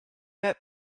met